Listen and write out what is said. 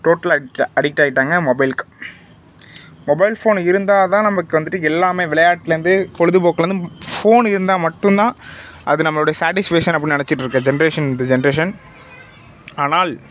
டோட்டலாக அடிக்ட்டாக அடிக்ட் ஆகிட்டாங்க மொபைலுக்கு மொபைல் ஃபோன் இருந்தால்தான் நமக்கு வந்துட்டு எல்லாமே விளையாட்டுலேருந்து பொழுதுபோக்குலேருந்து ஃபோன் இருந்தால் மட்டும் தான் அது நம்மளுடைய சாட்டிஸ்ஃபேஷன் அப்படின்னு நினச்சிட்டு இருக்கற ஜென்ட்ரேஷன் இந்த ஜென்ட்ரேஷன் ஆனால்